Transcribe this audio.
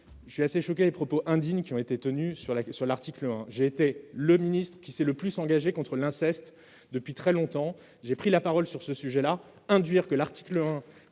je suis choqué des propos indignes qui ont été tenus sur l'article 1. Je suis le ministre qui s'est le plus engagé contre l'inceste, et ce depuis très longtemps. Je me suis exprimé sur ce sujet. Aussi, dire que l'article 1